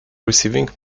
receiving